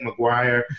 McGuire